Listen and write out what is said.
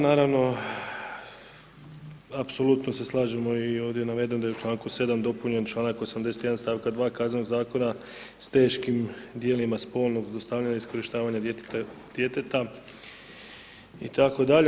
Naravno, apsolutno se slažemo i ovdje je navedeno da je u čl. 7. dopunjen čl. 81. st. 2. Kaznenog Zakona s teškim djelima spolnog zlostavljanja i iskorištavanja djeteta itd.